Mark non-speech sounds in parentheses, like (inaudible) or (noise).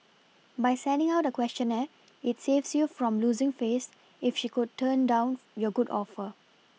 by sending out a questionnaire it saves you from losing face if she should turn down (unintelligible) your good offer